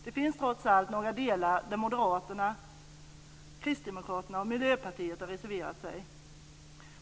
Det finns trots all några delar där Moderaterna, Kristdemokraterna och Miljöpartiet har reserverat sig.